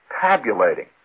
tabulating